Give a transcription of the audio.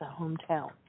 hometown